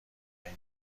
اینه